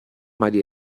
mali